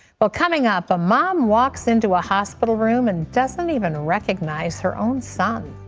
well, coming up, a mom walks into a hospital room and doesn't even recognize her own son.